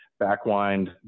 backwind